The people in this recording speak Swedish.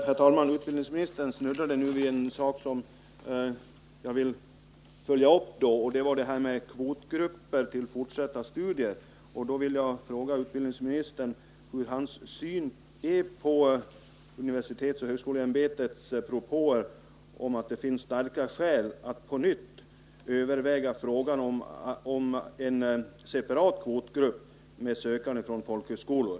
Herr talman! Utbildningsministern snuddade nu vid en sak som jag vill följa upp, och det var detta med kvotgrupper för fortsatta studier. Jag vill fråga utbildningsministern vilken hans syn är på universitetsoch högskoleämbetets propåer om att det finns starka skäl att på nytt överväga frågan om en separat kvotgrupp med sökande från folkhögskolor.